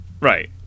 right